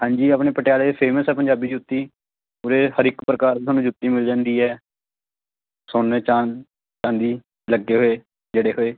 ਹਾਂਜੀ ਆਪਣੇ ਪਟਿਆਲੇ ਫੇਮਸ ਆ ਪੰਜਾਬੀ ਜੁੱਤੀ ਉਰੇ ਹਰ ਇੱਕ ਪ੍ਰਕਾਰ ਦੀ ਤੁਹਾਨੂੰ ਜੁੱਤੀ ਮਿਲ ਜਾਂਦੀ ਹੈ ਸੋਨੇ ਚਾਂਦ ਹਾਂਜੀ ਲੱਗੇ ਹੋਏ ਜੜੇ ਹੋਏ